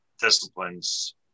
disciplines